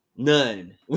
none